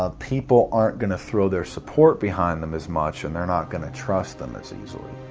ah people aren't gonna throw their support behind them as much. and they're not gonna trust them as easily.